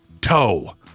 toe